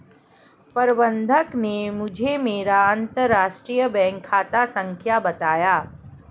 प्रबन्धक ने मुझें मेरा अंतरराष्ट्रीय बैंक खाता संख्या बताया